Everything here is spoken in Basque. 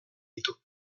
ditu